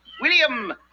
William